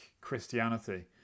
christianity